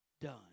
done